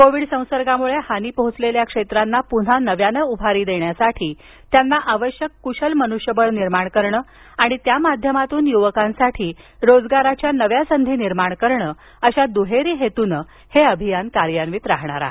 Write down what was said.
Covid संसर्गामुळे हानी पोहोचलेल्या क्षेत्रांना पुन्हा नव्यानं उभारी देण्यासाठी त्यांना आवश्यक कुशल मनुष्यबळ निर्माण करणं आणि त्या माध्यमातून युवकांसाठी रोजगाराच्या नव्या संधी निर्णाण करणं अशा दुहेरी हेतूनं हे अभियान कार्यान्वित राहणार आहे